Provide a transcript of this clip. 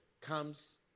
comes